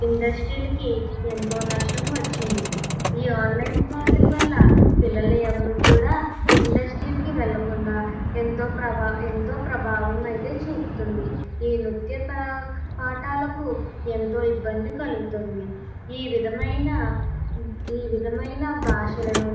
ఇండస్ట్రీలకి ఎంతో నష్టం వచ్చింది ఈ ఆన్లైన్ క్లాసులు వలన పిల్లలు ఎవరూ కూడా ఇండస్ట్రీలుకి వెళ్లకుండా ఎంతో ప్రభావం అయితే చూపుతుంది ఈ నృత్య పాఠాలకు ఎంతో ఇబ్బంది కలుగుతుంది ఈ విధమైన ఈ విధమైన భాషలను